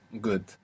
Good